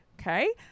okay